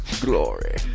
Glory